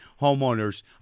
homeowners